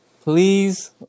please